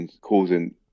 causing